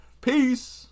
Peace